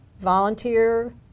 volunteer